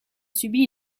subi